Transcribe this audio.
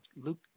Luke